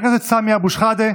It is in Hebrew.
חבר הכנסת סמי אבו שחאדה.